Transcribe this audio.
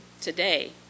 today